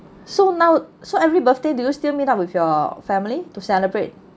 so now so every birthday do you still meet up with your family to celebrate